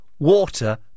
water